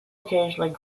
occasionally